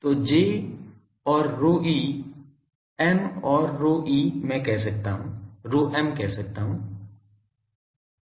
तो J और ρe M और ρm मैं कह सकता हूं